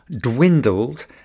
dwindled